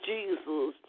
Jesus